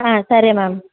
సరే మ్యామ్